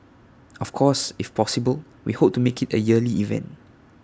of course if possible we hope to make IT A yearly event